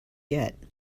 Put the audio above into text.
yet